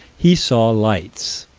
he saw lights.